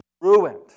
ruined